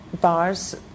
bars